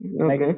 Okay